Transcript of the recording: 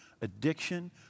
addiction